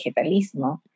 vegetalismo